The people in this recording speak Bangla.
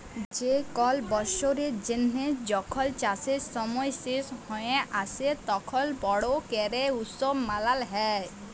যে কল বসরের জ্যানহে যখল চাষের সময় শেষ হঁয়ে আসে, তখল বড় ক্যরে উৎসব মালাল হ্যয়